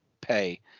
pay